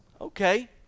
okay